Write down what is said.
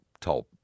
told